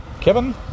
Kevin